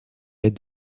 est